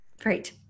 Great